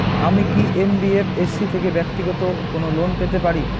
আমি কি এন.বি.এফ.এস.সি থেকে ব্যাক্তিগত কোনো লোন পেতে পারি?